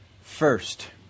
first